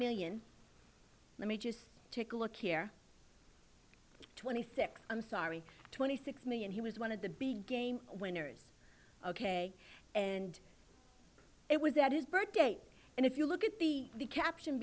million let me just take a look here twenty thick i'm sorry twenty six million he was one of the big game winners ok and it was that his birthday and if you look at the the caption